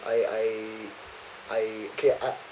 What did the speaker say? I I I okay I